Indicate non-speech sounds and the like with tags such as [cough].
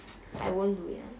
[noise] I won't do it [one]